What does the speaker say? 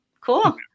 Cool